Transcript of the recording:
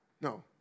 No